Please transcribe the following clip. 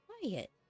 quiet